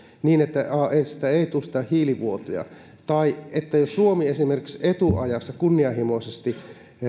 niin että ei tule sitä hiilivuotoa tai jos suomi esimerkiksi etuajassa kunnianhimoisesti